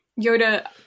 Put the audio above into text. Yoda